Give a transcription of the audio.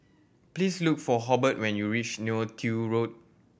please look for Hobert when you reach Neo Tiew Road